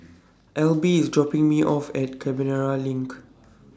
Elby IS dropping Me off At Canberra LINK